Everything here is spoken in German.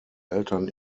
eltern